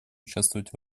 участвовать